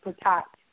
protect